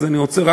אז אני רוצה,